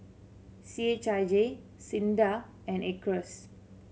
C H I J SINDA and Acres